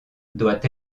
doit